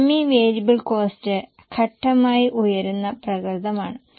semi variable cost ഘട്ടമായി ഉയരുന്ന പ്രകൃതം ആണ്